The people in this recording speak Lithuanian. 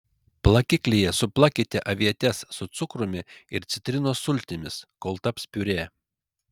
plakiklyje suplakite avietes su cukrumi ir citrinos sultimis kol taps piurė